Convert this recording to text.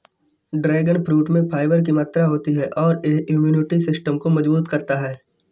dragon fruit में fibre की मात्रा होती है और यह इम्यूनिटी सिस्टम को मजबूत करता है